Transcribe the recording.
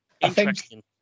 Interesting